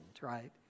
right